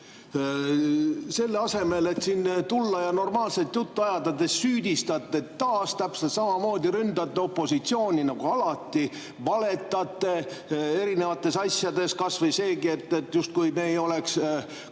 Selle asemel, et tulla ja normaalset juttu ajada, süüdistate te taas täpselt samamoodi, ründate opositsiooni nagu alati, valetate erinevate asjade kohta, kas või selle kohta, justkui me ei oleks